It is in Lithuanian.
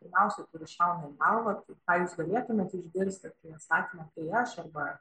pirmiausiai kuris šauna į galvą tai ką jūs galėtumėt išgirsti atsakymą tai aš arba